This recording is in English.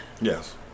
Yes